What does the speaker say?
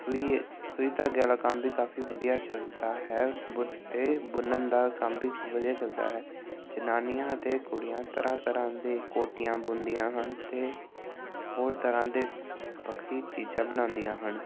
ਸੂਈ ਸੂਈ ਧਾਗੇ ਵਾਲਾ ਕੰਮ ਵੀ ਕਾਫੀ ਵਧੀਆ ਚਲਦਾ ਹੈ ਬੋ ਅਤੇ ਬੁਣਨ ਦਾ ਕੰਮ ਵੀ ਵਧੀਆ ਚਲਦਾ ਹੈ ਜਨਾਨੀਆਂ ਅਤੇ ਕੁੜੀਆਂ ਤਰ੍ਹਾਂ ਤਰ੍ਹਾਂ ਦੇ ਕੋਟੀਆਂ ਬੁਣਦੀਆਂ ਹਨ ਅਤੇ ਹੋਰ ਤਰ੍ਹਾਂ ਦੇ ਵਖਰੀ ਚੀਜ਼ਾਂ ਬਣਾਉਂਦੀਆਂ ਹਨ